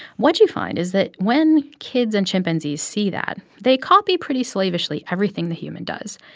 what you find is that when kids and chimpanzees see that, they copy pretty slavishly everything the human does.